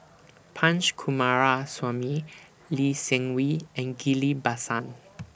Punch Coomaraswamy Lee Seng Wee and Ghillie BaSan